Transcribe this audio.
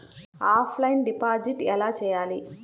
Offline deposit ఎలా చేయాలి?